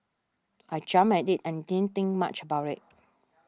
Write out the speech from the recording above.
I jumped at it and didn't think much about it